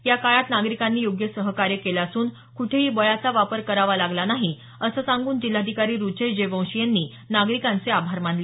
या काळात नागरीकांनी योग्य सहकार्य केलं असून कुठेही बळाचा वापर करावा लागला नाही असं सांगून जिल्हाधिकारी रुचेश जयवंशी यांनी नागरिकांचे आभार मानले